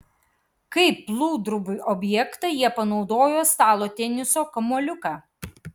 kaip plūdrų objektą jie panaudojo stalo teniso kamuoliuką